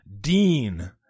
Dean